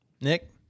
Nick